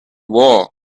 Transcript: war